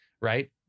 right